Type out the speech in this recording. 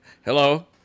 Hello